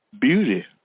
beauty